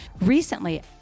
Recently